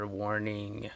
warning